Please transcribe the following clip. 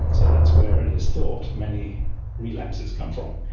so that's where it is thought many relapses come from.